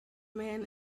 man